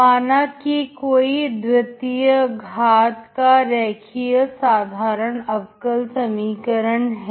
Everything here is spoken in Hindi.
माना कि कोई द्वितीय घाट का रेखीय साधारण अबकल समीकरण है